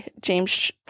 James